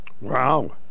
Wow